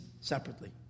separately